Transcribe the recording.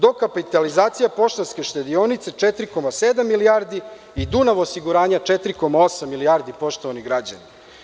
Dokapilizacija „Poštanske štedionice“ 4,7 milijardi i „Dunav osiguranja“ 4,8 milijardi, poštovani građani.